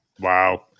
Wow